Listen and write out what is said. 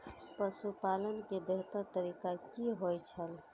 पशुपालन के बेहतर तरीका की होय छल?